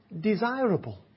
desirable